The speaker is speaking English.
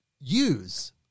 use